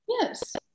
Yes